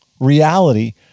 reality